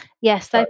Yes